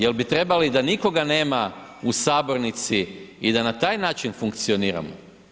Jel bi trebali da nikoga nema u sabornici i da na taj način funkcioniramo?